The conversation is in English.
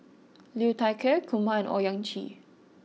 Liu Thai Ker Kumar and Owyang Chi